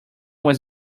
was